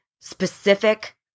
specific